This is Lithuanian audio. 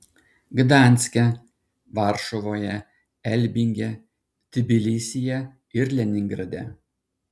gdanske varšuvoje elbinge tbilisyje ir leningrade